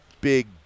big